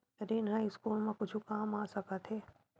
ऋण ह स्कूल मा कुछु काम आ सकत हे?